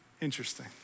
Interesting